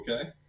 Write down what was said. okay